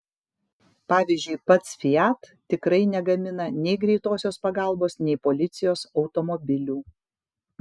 pavyzdžiui pats fiat tikrai negamina nei greitosios pagalbos nei policijos automobilių